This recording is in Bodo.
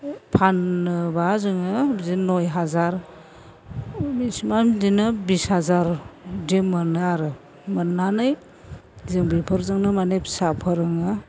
फाननोबा जोङो बिदिनो नय हाजार बिस बा बिदिनो बिस हाजार बिदि मोनो आरो मोननानै जों बेफोरजोंनो माने फिसा फोरोङो